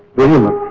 bhola.